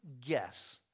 guess